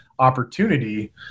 opportunity